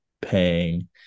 paying